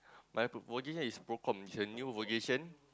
my proposition is pro commission new vocation